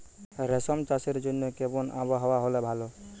রেশম চাষের জন্য কেমন আবহাওয়া হাওয়া হলে ভালো?